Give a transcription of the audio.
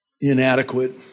inadequate